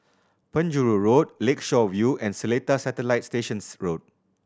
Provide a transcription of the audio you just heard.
Penjuru Road Lakeshore View and Seletar Satellite Station Road